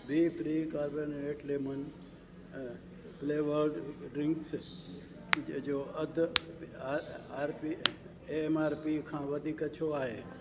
बीफ्री carbonated lemon अ flavoured drinks ज जो अध अ R P M R P खां वधीक छो आहे